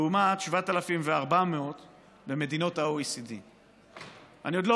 לעומת 7,400 במדינות OECD. אני עוד לא